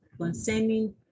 concerning